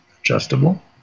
adjustable